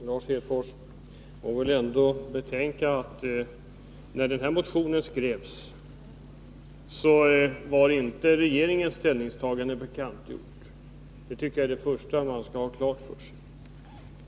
Fru talman! Man får ändå betänka att när den här motionen skrevs var inte regeringens ställningstagande bekantgjort — det är det första man skall ha klart för sig.